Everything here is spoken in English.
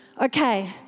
Okay